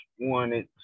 wanted